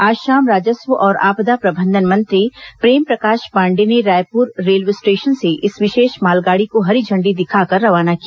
आज शाम राजस्व और आपदा प्रबंधन मंत्री प्रेमप्रकाश पांडेय ने रायपुर रेलवे स्टेशन से इस विशेष मालगाड़ी को हरी झंडी दिखाकर रवाना किया